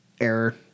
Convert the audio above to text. Error